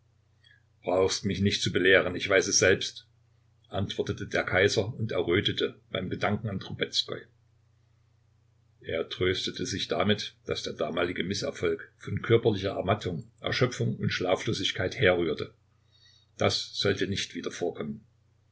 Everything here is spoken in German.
brauchst mich nicht zu belehren ich weiß es selbst antwortete der kaiser und errötete beim gedanken an trubezkoi er tröstete sich damit daß der damalige mißerfolg von körperlicher ermattung erschöpfung und schlaflosigkeit herrührte das sollte nicht wieder vorkommen